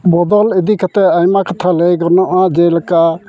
ᱵᱚᱫᱚᱞ ᱤᱫᱤ ᱠᱟᱛᱮᱫ ᱟᱭᱢᱟ ᱠᱟᱛᱷᱟ ᱞᱟᱹᱭ ᱜᱟᱱᱚᱜᱼᱟ ᱡᱮᱞᱮᱠᱟ